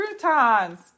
croutons